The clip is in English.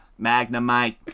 Magnemite